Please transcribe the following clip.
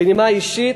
בנימה אישית,